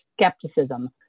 skepticism